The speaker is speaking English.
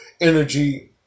energy